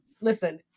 Listen